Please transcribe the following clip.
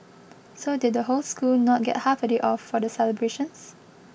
so did the whole school not get half day off for the celebrations